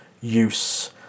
use